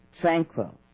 tranquil